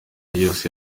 yose